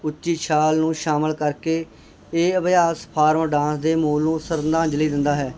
ਉੱਚੀ ਛਾਲ ਨੂੰ ਸ਼ਾਮਿਲ ਕਰਕੇ ਇਹ ਅਭਿਆਸ ਫਾਰਮ ਡਾਂਸ ਦੇ ਮੋਲ ਨੂੰ ਸ਼ਰਧਾਂਜਲੀ ਦਿੰਦਾ ਹੈ